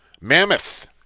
Mammoth